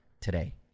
today